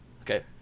Okay